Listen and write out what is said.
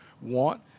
want